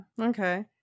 okay